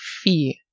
fear